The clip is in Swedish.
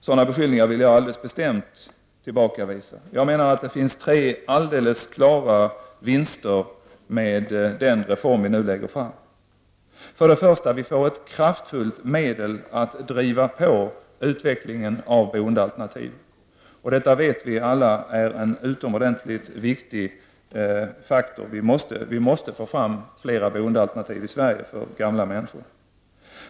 Sådana beskyllningar vill jag alldeles bestämt tillbakavisa. Jag menar att det finns tre alldeles klara vinster med den reform vi nu lägger fram. För det första får vi ett kraftfullt medel att driva på utvecklingen av boendealternativ. Detta är, det vet vi alla, en utomordentligt viktig faktor. Vi måste få fram flera boendealternativ i Sverige för gamla människor.